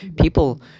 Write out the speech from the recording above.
People